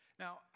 Now